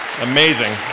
Amazing